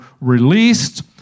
released